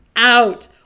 Out